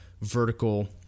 vertical